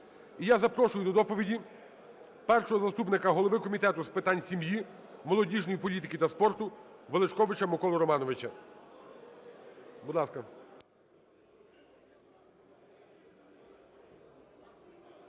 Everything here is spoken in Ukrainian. І я запрошую до доповіді першого заступника голови Комітету з питань сім'ї, молодіжної політики та спорту Величковича Миколу Романовича. Будь ласка.